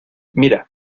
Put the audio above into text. mira